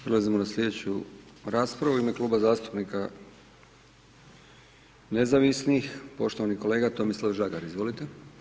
Prelazimo na slijedeću raspravu, u ime Kluba zastupnika Nezavisnih, poštovani kolega Tomislav Žagar, izvolite.